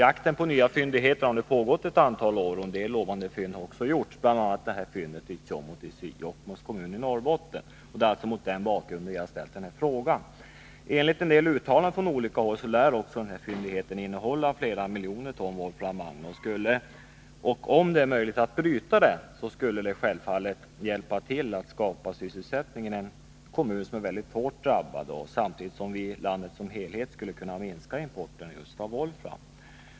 Jakten på nya fyndigheter har nu pågått ett antal år, och en del lovande fynd har också gjorts, bl.a. detta fynd i Tjåmotis i Jokkmokks kommun i Norrbotten. Det är mot den bakgrunden jag ställt denna fråga. Enligt en del uttalanden från olika håll lär den här fyndigheten innehålla flera miljoner ton volframmalm. Om det är möjligt att bryta den skulle det självfallet hjälpa till att skapa sysselsättning i denna kommun, som är mycket hårt drabbad, samtidigt som landet i sin helhet skulle kunna minska importen av volfram.